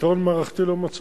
פתרון מערכתי לא מצאנו,